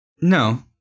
No